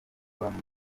bamwe